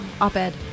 op-ed